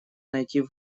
найти